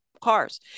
cars